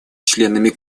членами